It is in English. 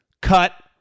cut